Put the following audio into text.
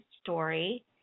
story